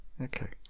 okay